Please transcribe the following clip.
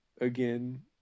again